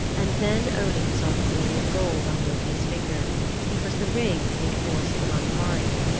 and then odin saw the gleam of gold on loki's finger it was the ring he had forced from andvari.